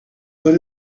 what